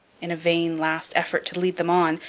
in a vain, last effort to lead them on,